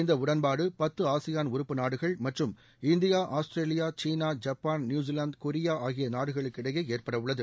இந்த உடன்பாடு பத்து ஆசியான் உறுப்பு நாடுகள் மற்றும் India Australia China Japan New Zealand Korea ஆகிய நாடுகளுக்கிடையே ஏற்படவுள்ளது